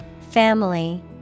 Family